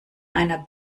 einer